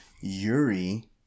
Yuri